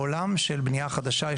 בעולם של בנייה חדשה,